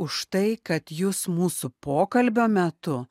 už tai kad jūs mūsų pokalbio metu